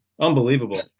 Unbelievable